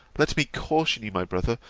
let me caution you, my brother,